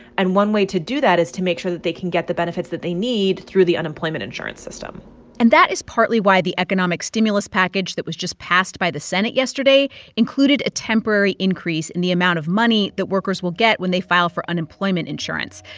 and one way to do that is to make sure that they can get the benefits that they need through the unemployment insurance system and that is partly why the economic stimulus package that was just passed by the senate yesterday included a temporary increase in the amount of money that workers will get when they file for unemployment insurance.